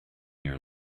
your